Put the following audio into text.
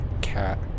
cat